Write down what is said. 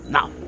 Now